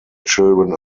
children